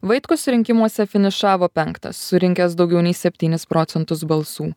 vaitkus rinkimuose finišavo penktas surinkęs daugiau nei septynis procentus balsų